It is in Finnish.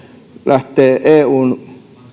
lähtee eun